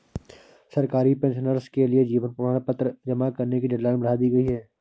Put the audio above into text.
सरकारी पेंशनर्स के लिए जीवन प्रमाण पत्र जमा करने की डेडलाइन बढ़ा दी गई है